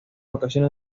ocasiones